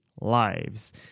Lives